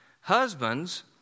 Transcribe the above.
Husbands